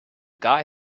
guy